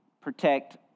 protect